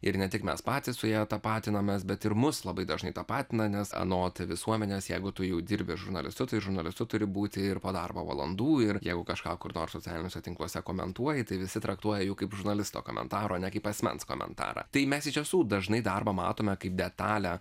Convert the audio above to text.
ir ne tik mes patys su ja tapatinamės bet ir mus labai dažnai tapatina nes anot visuomenės jeigu tu jau dirbi žurnalistu tai žurnalistu turi būti ir po darbo valandų ir jeigu kažką kur nors socialiniuose tinkluose komentuoji tai visi traktuoja kaip žurnalisto komentarą o ne kaip asmens komentarą tai mes iš tiesų dažnai darbą matome kaip detalę